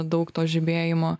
daug to žibėjimo